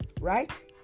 Right